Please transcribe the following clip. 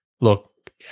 Look